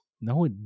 No